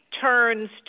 turns